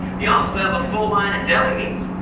they also have a full line of deli meats